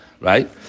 right